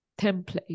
template